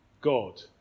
God